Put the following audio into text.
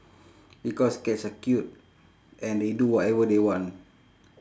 because cats are cute and they do whatever they want